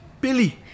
Billy